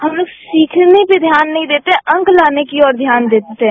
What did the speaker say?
हमलोग सीखने पर ध्यान नहीं देते अंक लाने की ओर ध्यान देते हैं